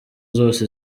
zose